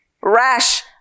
rash